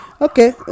Okay